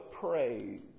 praise